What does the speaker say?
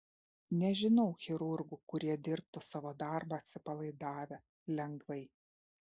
nežinau chirurgų kurie dirbtų savo darbą atsipalaidavę lengvai